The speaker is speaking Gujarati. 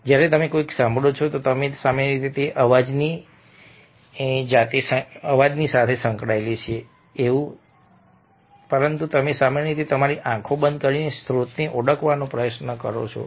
જ્યારે તમે કંઇક સાંભળો છો ત્યારે તમે સામાન્ય રીતે અવાજની જાતે જ નહીં પરંતુ તમે સામાન્ય રીતે તમારી આંખો બંધ કરીને સ્ત્રોતને ઓળખવાનો પ્રયાસ કરો છો